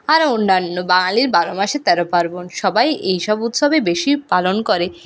আরো অন্যান্য বাঙালির বারো মাসে তেরো পার্বণ সবাই এইসব উৎসবই বেশি পালন করে